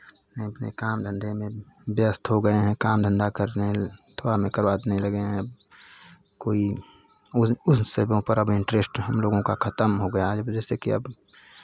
हम अपने काम धंधे में व्यस्त हो गए हैं काम धंधा कर रहे हैं थोड़ा हमें करवाने लगे हैं कोई उन उन सबों पर अब इंटरेस्ट हम लोगों का खतम हो गया है अब जैसे कि अब